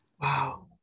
Wow